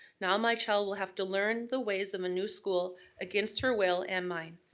now my child will have to learn the ways of a new school against her will and mine.